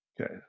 Okay